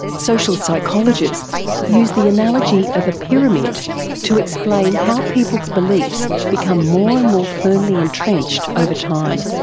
social psychologists use the analogy of a pyramid to explain how people's beliefs become more and more firmly entrenched over time.